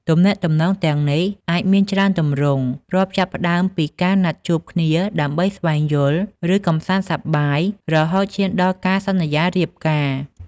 ទំនាក់ទំនងទាំងនេះអាចមានច្រើនទម្រង់ រាប់ចាប់ផ្ដើមពីការណាត់ជួបគ្នាដើម្បីស្វែងយល់ ឬកម្សាន្តសប្បាយ រហូតឈានដល់ការសន្យារៀបការ ។